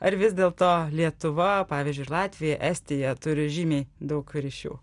ar vis dėlto lietuva pavyzdžiui ir latvija estija turi žymiai daug ryšių